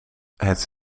het